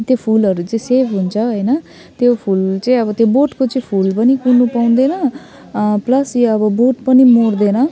त्यो फुलहरू चाहिँ सेभ हुन्छ होइन त्यो फुल चाहिँ अब त्यो बोटको चाहिँ फुल पनि कुहनु पाउँदैन प्लस यो अब बोट पनि मर्दैन